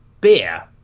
beer